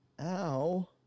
Ow